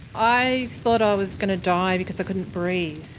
i thought i was going to die because i couldn't breathe.